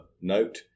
note